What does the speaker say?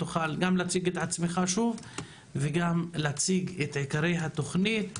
בבקשה תציג את עצמך שוב וגם את עיקרי התוכנית.